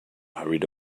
hurried